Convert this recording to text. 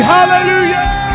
Hallelujah